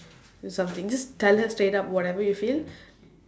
do something just tell her straight up whatever you feel